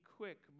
quick